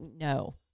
no